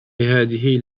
هذه